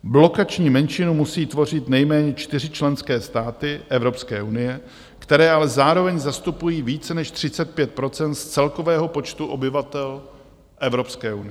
Blokační menšinu musí tvořit nejméně čtyři členské státy Evropské unie, které ale zároveň zastupují více než 35 % z celkového počtu obyvatel Evropské unie.